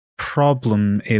problem